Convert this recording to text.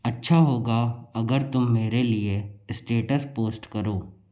अच्छा होगा अगर तुम मेरे लिए स्टेटस पोस्ट करो